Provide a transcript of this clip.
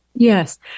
Yes